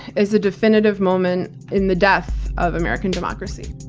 as a definitive moment in the death of american democracy.